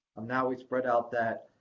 and now we spread out that.